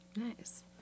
Nice